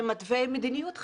זה מתווה מדיניות חדשה,